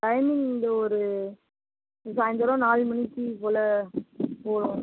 timing இங்கே ஒரு சாயந்தரம் நாலு மணிக்கு போல போகணும்